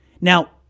Now